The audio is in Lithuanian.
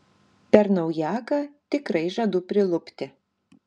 per naujaką tikrai žadu prilupti